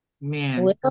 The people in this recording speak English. man